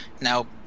now